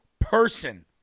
person